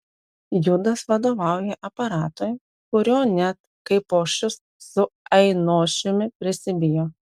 judas vadovauja aparatui kurio net kaipošius su ainošiumi prisibijo